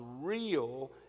real